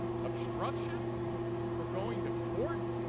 obstruction for going to court?